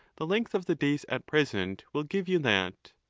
the length of the days at present will give you that.